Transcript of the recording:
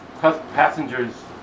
passengers